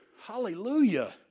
Hallelujah